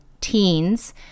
teens